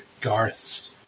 Garth's